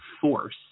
force